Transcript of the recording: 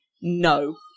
no